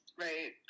right